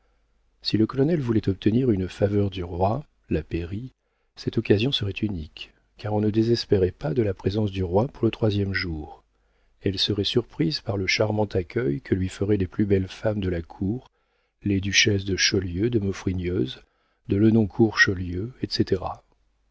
si le colonel voulait obtenir une faveur du roi la pairie cette occasion serait unique car on ne désespérait pas de la présence du roi pour le troisième jour elle serait surprise par le charmant accueil que lui feraient les plus belles femmes de la cour les duchesses de chaulieu de maufrigneuse de lenoncourt chaulieu etc